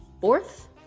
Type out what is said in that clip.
fourth